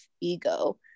ego